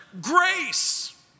Grace